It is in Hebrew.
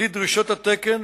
דרישות התקן,